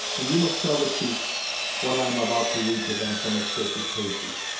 and you must tell the chiefs what i am about to read to them from its sacred pages.